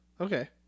Okay